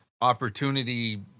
opportunity